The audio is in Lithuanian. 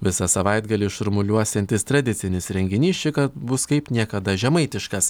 visą savaitgalį šurmuliuosiantis tradicinis renginys šįkart bus kaip niekada žemaitiškas